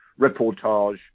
reportage